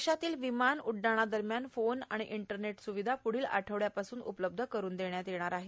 देशातल्या विमान उड्डाणादरम्यान फोन आणि इंटरनेट सुविधा पुढील आठवडयापासून उपलब्ध करून देण्यात येणार आहे